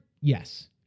Yes